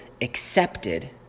accepted